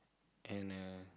and a